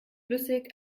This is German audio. flüssig